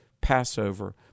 Passover